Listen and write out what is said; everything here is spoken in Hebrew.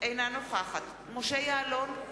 נוכחת משה יעלון,